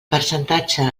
percentatge